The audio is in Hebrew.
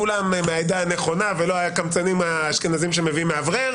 כולם מהעדה הנכונה ולא הקמצנים האשכנזים שמביאים מאוורר,